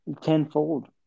tenfold